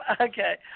Okay